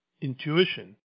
intuition